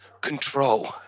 control